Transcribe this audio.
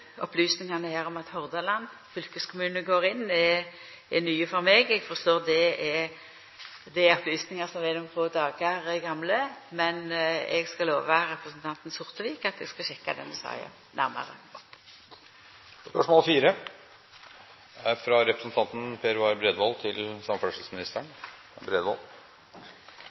Opplysningane her om at Hordaland fylkeskommune går inn med midlar, er nye for meg; det er opplysningar som er nokre få dagar gamle. Men eg skal lova representanten Sortevik at eg skal sjekka denne saka nærmare. Jeg ønsker å stille følgende spørsmål